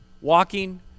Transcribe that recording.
Walking